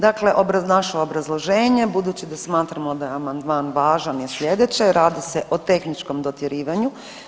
Dakle naše obrazloženje, budući da smatramo da je amandman važan je slijedeće, radi se o tehničkom dotjerivanju.